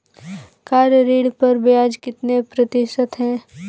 Car ऋण पर ब्याज कितने प्रतिशत है?